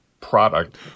product